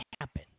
happen